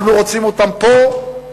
אנחנו רוצים אותם פה,